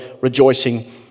rejoicing